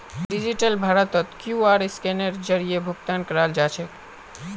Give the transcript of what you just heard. digital भारतत QR scanner जरीए भुकतान कराल जाछेक